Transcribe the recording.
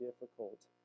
difficult